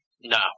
No